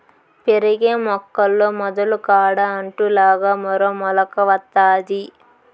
పెరిగే మొక్కల్లో మొదలు కాడ అంటు లాగా మరో మొలక వత్తాది